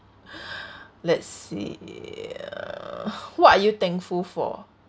let's see what are you thankful for